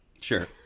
Sure